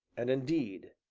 and, indeed,